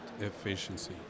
efficiency